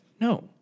No